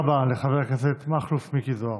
תודה רבה לחבר הכנסת מכלוף מיקי זוהר.